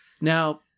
Now